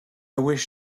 wish